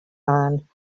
man